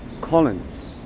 Collins